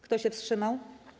Kto się wstrzymał?